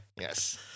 Yes